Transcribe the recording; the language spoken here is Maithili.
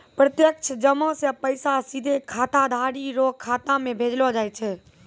प्रत्यक्ष जमा से पैसा सीधे खाताधारी रो खाता मे भेजलो जाय छै